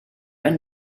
and